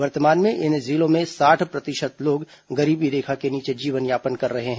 वर्तमान में इन जिलों में साठ प्रतिशत लोग गरीबी रेखा के नीचे जीवनयापन कर रहे हैं